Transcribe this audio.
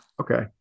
Okay